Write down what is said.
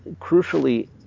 crucially